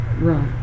Right